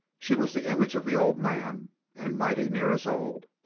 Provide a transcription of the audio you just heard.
she was the image of the old man and mighty near as old.